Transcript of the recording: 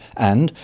and,